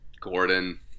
Gordon